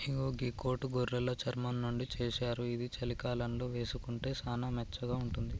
ఇగో గీ కోటు గొర్రెలు చర్మం నుండి చేశారు ఇది చలికాలంలో వేసుకుంటే సానా వెచ్చగా ఉంటది